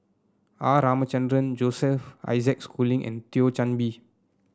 R Ramachandran Joseph Isaac Schooling and Thio Chan Bee